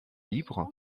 libres